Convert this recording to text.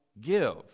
give